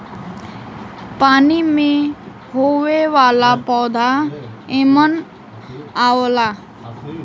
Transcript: पानी में होये वाला पौधा एमन आवला